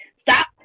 Stop